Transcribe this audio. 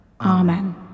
Amen